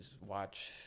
watch